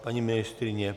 Paní ministryně?